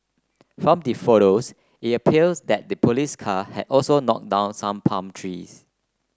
from the photos it appears that the police car had also knocked down some palm trees